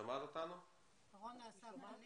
עד